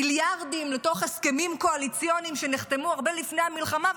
מיליארדים לתוך הסכמים קואליציוניים שנחתמו הרבה לפני המלחמה.